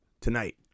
tonight